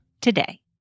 today